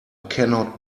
cannot